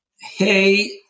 hey